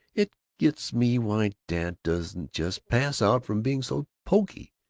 it gets me why dad doesn't just pass out from being so poky.